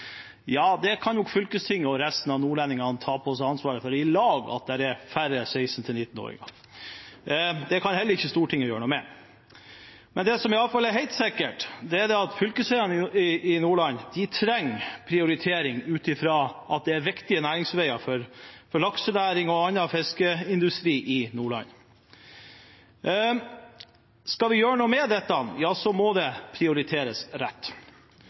Ja, fylkestinget og resten av nordlendingene kan nok i lag ta på seg ansvaret for at det er færre 16–19-åringer, dét kan heller ikke Stortinget gjøre noe med. Men det som i alle fall er helt sikkert, er at fylkesveiene i Nordland trenger prioritering ut fra at det er viktige næringsveier for laksenæring og annen fiskeindustri i Nordland. Skal vi gjøre noe med dette, må det prioriteres rett.